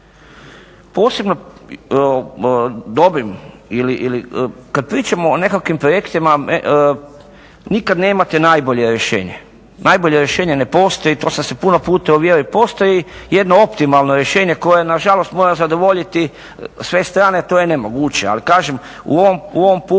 Posebno dobrim ili kad pričamo o nekakvim projektima nikad nemate najbolje rješenje. Najbolje rješenje ne postoji, to sam se puno puta uvjerio. Postoji jedno optimalno rješenje koje nažalost mora zadovoljiti sve strane, a to je nemoguće. Ali kažem, u ovom PUP-u